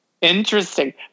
interesting